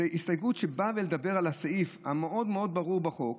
זו הסתייגות שבאה לדבר על הסעיף המאוד-מאוד ברור בחוק,